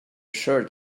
shirt